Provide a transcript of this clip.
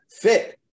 fit